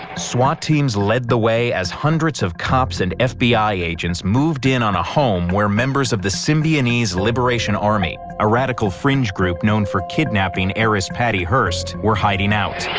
swat teams led the way as hundreds of cops and fbi agents moved in on a home where members of the symbionese liberation army, a radical fringe group known for kidnapping heiress patty hearst, were hiding out.